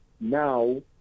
now